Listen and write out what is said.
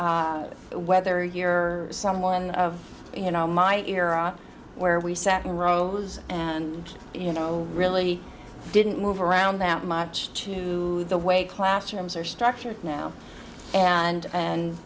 and whether you're someone of you know my era where we sat in rows and you know really didn't move around that much to the way classrooms are structured now and and